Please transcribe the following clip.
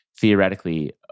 theoretically